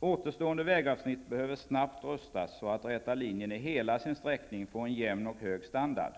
Återstående vägavsnitt behöver snabbt rustas, så ''räta linjen'' i hela sin sträckning får en jämn och hög standard.